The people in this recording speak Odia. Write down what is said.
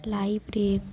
ଲାଇଭରେ